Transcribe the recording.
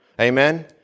Amen